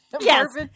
Yes